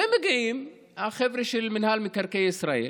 ומגיעים החבר'ה של מינהל מקרקעי ישראל